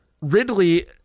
Ridley